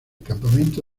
campamento